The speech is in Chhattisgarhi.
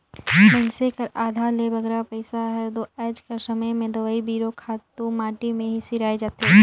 मइनसे कर आधा ले बगरा पइसा हर दो आएज कर समे में दवई बीरो, खातू माटी में ही सिराए जाथे